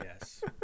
Yes